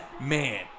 man